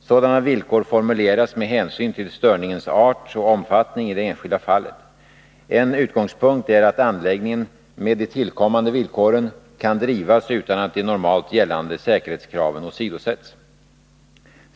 Sådana villkor formuleras med hänsyn till störningens art och omfattning i det enskilda fallet. En utgångspunkt är att anläggningen med de tillkommande villkoren kan drivas utan att de normalt gällande säkerhetskraven åsidosätts.